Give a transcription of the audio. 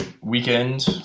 weekend